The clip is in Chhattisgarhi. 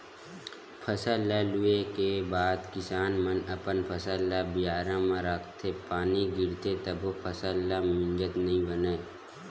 फसल ल लूए के बाद किसान मन अपन फसल ल बियारा म राखथे, पानी गिरथे तभो फसल ल मिजत नइ बनय